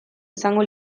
izango